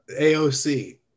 AOC